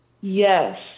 Yes